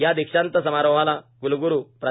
या दीक्षांत समारोहाला क्लग्रू प्रो